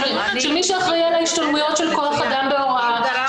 של מי שאחראי על ההשתלמויות של כח אדם בהוראה,